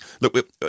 Look